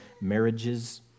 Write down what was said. marriages